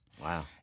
Wow